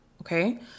Okay